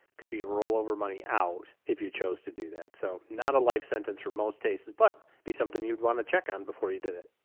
could be a rollover money out if you chose to do that. so not a life sentence for most cases, but be something you'd want to check on before you did it.